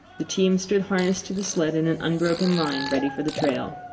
the team stood harnessed to the sled in an unbroken line, ready for the trail.